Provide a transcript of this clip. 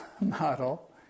model